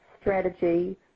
strategy